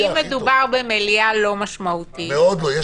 אם מדובר במליאה לא משמעותית -- מאוד לא,